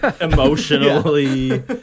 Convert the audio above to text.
Emotionally